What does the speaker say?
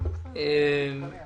אמרתי את זה.